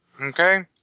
Okay